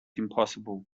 impossible